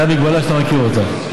זו המגבלה שאתה מכיר אותה.